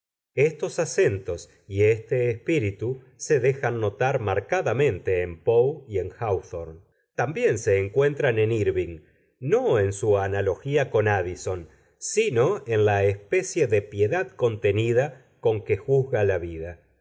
estos acentos y este espíritu se dejan notar marcadamente en poe y en háwthorne también se encuentran en írving no en su analogía con áddison sino en la especie de piedad contenida con que juzga la vida